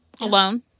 Alone